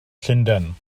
llundain